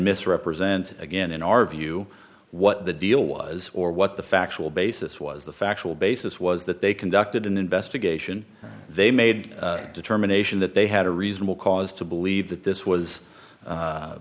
misrepresent again in our view what the deal was or what the factual basis was the factual basis was that they conducted an investigation they made a determination that they had a reasonable cause to believe that this was